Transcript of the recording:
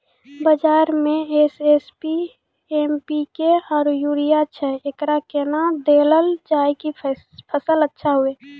बाजार मे SSP, MPK आरु यूरिया छैय, एकरा कैना देलल जाय कि फसल अच्छा हुये?